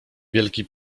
wielki